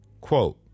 Quote